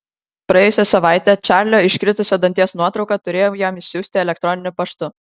praėjusią savaitę čarlio iškritusio danties nuotrauką turėjau jam išsiųsti elektroniniu paštu